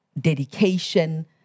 dedication